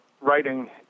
writing